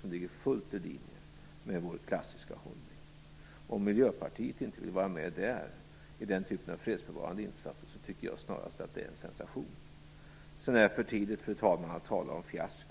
naturligtvis fullt i linje med vår klassiska hållning. Om Miljöpartiet inte vill vara med där, i den typen av fredsbevarande insatser, tycker jag snarast att det är en sensation. Fru talman! Det är för tidigt att tala om fiasko.